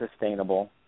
sustainable